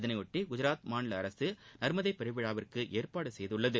இதனையொட்டி குஜராத் மாநில அரசு நர்மதை பெருவிழாவிற்கு ஏற்பாடு செய்துள்ளது